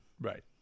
Right